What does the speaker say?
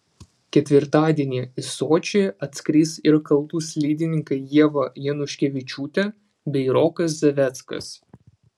ketvirtadienį į sočį atskris ir kalnų slidininkai ieva januškevičiūtė bei rokas zaveckas